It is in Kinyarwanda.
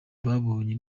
babonye